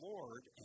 Lord